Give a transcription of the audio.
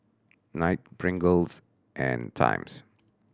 Knight Pringles and Times